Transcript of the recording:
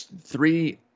three